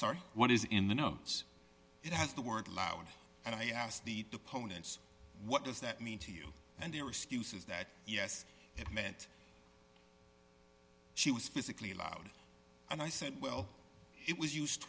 sorry what is in the nose it has the word loud and i asked the two ponens what does that mean to you and their excuse is that yes it meant she was physically loud and i said well it was used